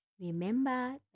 Remember